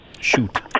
Shoot